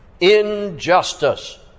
injustice